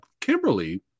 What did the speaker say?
Kimberly